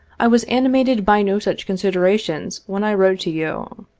i was animated by no such considerations when i wrote to you.